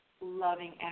loving